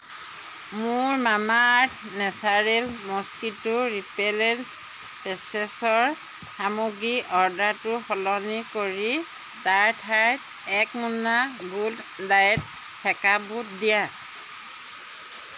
মোৰ Mamaearth natural mosquito repellent পেট্ছেছৰ সামগ্ৰীৰ অৰ্ডাৰটো সলনি কৰি তাৰ ঠাইত এক মোনা গুড ডায়েট সেকা বুট দিয়া